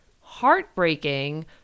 heartbreaking